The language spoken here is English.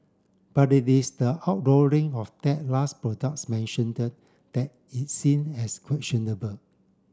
but it is the outlawing of that last products mentioned the that is seen as questionable